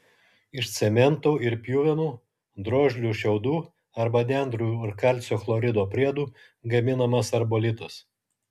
iš cemento ir pjuvenų drožlių šiaudų arba nendrių ir kalcio chlorido priedų gaminamas arbolitas